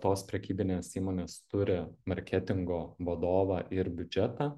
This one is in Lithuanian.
tos prekybinės įmonės turi marketingo vadovą ir biudžetą